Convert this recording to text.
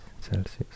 Celsius